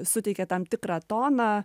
suteikia tam tikrą toną